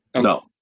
No